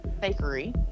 Bakery